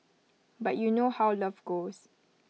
but you know how love goes